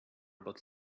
but